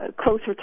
closer